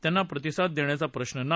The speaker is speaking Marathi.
त्यांना प्रतिसाद देण्याचा प्रश्न नाही